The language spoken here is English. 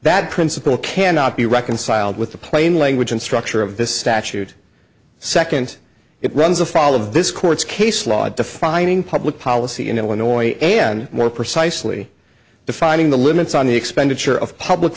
that principle cannot be reconciled with the plain language and structure of this statute second it runs afoul of this court's case law defining public policy in illinois and more precisely defining the limits on the expenditure of public